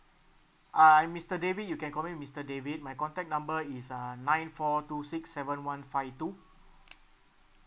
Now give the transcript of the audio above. uh I'm mister david you can call me mister david my contact number is uh nine four two six seven one five two